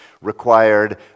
required